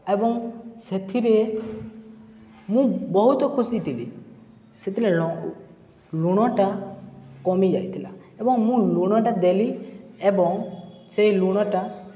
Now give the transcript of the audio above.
ଏବଂ ସେଥିରେ ମୁଁ ବହୁତ ଖୁସି ଥିଲି ସେଥିରେ ଲୁଣଟା କମିଯାଇଥିଲା ଏବଂ ମୁଁ ଲୁଣଟା ଦେଲି ଏବଂ ସେ ଲୁଣଟା